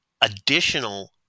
additional